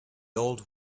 old